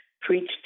preached